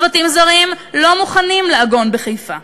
צוותים זרים לא מוכנים לעגון בחיפה.